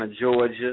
Georgia